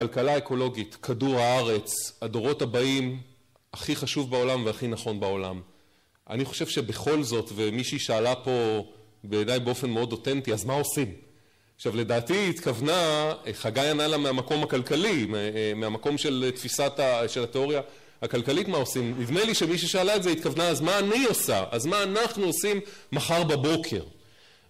כלכלה אקולוגית, כדור הארץ, הדורות הבאים, הכי חשוב בעולם והכי נכון בעולם. אני חושב שבכל זאת, ומישהי שאלה פה בעיני באופן מאוד אותנטי, אז מה עושים? עכשיו לדעתי היא התכוונה, חגי ענה לה מהמקום הכלכלי, מהמקום של תפיסת ה... של התיאוריה הכלכלית מה עושים, נדמה לי שמי ששאלה את זה התכוונה אז מה אני עושה? אז מה אנחנו עושים מחר בבוקר?